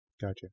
gotcha